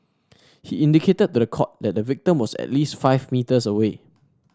he indicated to the court that the victim was at least five metres away